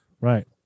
Right